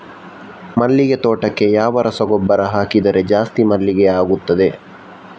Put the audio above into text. ಮಲ್ಲಿಗೆ ತೋಟಕ್ಕೆ ಯಾವ ರಸಗೊಬ್ಬರ ಹಾಕಿದರೆ ಜಾಸ್ತಿ ಮಲ್ಲಿಗೆ ಆಗುತ್ತದೆ?